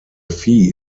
fee